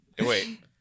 Wait